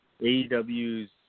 AEW's